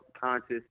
conscious